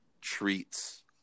treats